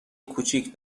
کوچیک